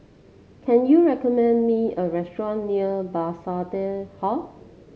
can you recommend me a restaurant near Bethesda Hall